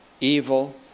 evil